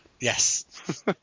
Yes